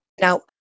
Now